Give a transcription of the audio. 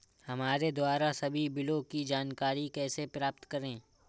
हमारे द्वारा सभी बिलों की जानकारी कैसे प्राप्त करें?